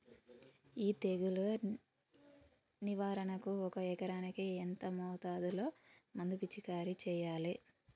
ఈ తెగులు నివారణకు ఒక ఎకరానికి ఎంత మోతాదులో మందు పిచికారీ చెయ్యాలే?